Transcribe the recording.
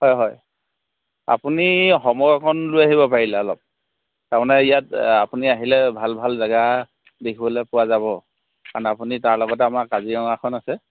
হয় হয় আপুনি সময় অকণ লৈ আহিব পাৰিলে অলপ তাৰমানে ইয়াত আপুনি আহিলে ভাল ভাল জেগা দেখিবলৈ পোৱা যাব কাৰণ আপুনি তাৰ লগতে আমাৰ কাজিৰঙাখন আছে